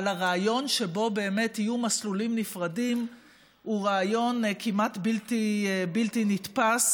אבל הרעיון שיהיו מסלולים נפרדים הוא רעיון כמעט בלתי נתפס,